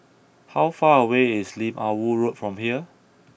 how far away is Lim Ah Woo Road from here